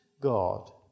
God